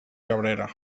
cabrera